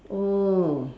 oh